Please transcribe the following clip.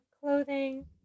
Clothing